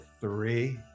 three